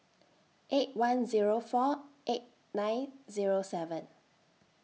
eight one Zero four eight nine Zero seven